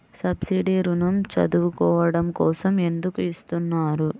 Subsidy ఋణం చదువుకోవడం కోసం ఎందుకు ఇస్తున్నారు?